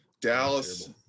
Dallas –